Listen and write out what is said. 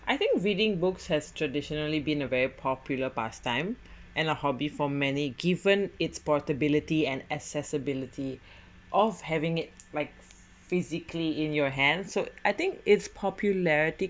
I think reading books has traditionally been a very popular pastime and a hobby for many given it's portability and accessibility of having it like physically in your hand so I think its popularity